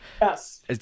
Yes